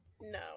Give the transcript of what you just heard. no